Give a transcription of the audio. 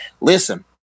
Listen